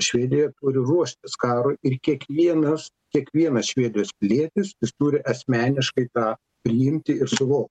švedija turi ruoštis karui ir kiekvienas kiekvienas švedijos pilietis jis turi asmeniškai tą priimti ir suvokti